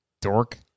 Dork